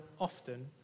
often